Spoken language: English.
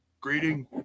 greeting